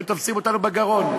אתם תופסים אותנו בגרון.